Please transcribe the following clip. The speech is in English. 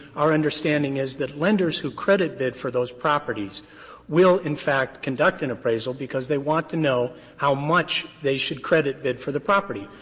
our understanding is that lenders who credit bid for those properties will, in fact, conduct an appraisal because they want to know how much they should credit bid for the property.